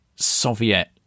Soviet